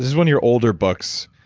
is one of your older books